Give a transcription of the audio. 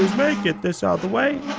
get this out of the way.